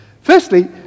Firstly